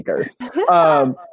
sneakers